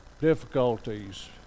difficulties